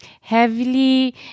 heavily